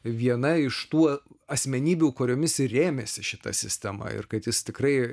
viena iš tų asmenybių kuriomis ir rėmėsi šita sistema ir kad jis tikrai